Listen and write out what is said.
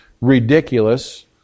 ridiculous